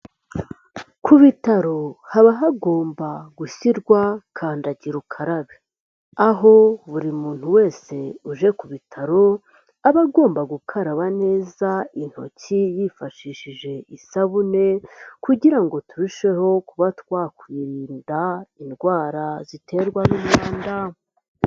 Ku bitaro haba hagomba gushyirwa kandagira ukarabe. Aho buri muntu wese uje ku bitaro, aba agomba gukaraba neza intoki yifashishije isabune, kugira ngo turusheho kuba twakwirinda indwara ziterwa n'imumwanda.